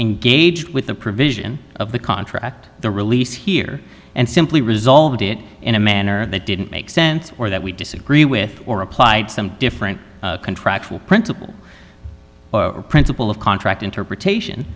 engaged with the provision of the contract the release here and simply resolved it in a manner that didn't make sense or that we disagree with or applied some different contractual principle principle of contract interpretation